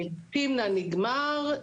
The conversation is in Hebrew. תמנע נגמר,